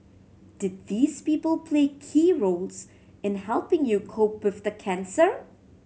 did these people play key roles in helping you cope with the cancer